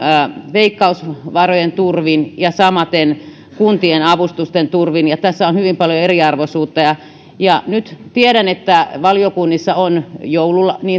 veikkausvarojen turvin ja samaten kuntien avustusten turvin ja tässä on hyvin paljon eriarvoisuutta nyt tiedän että valiokunnissa on niin